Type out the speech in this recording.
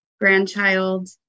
grandchild